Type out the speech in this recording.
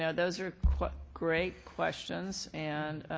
yeah those are great questions and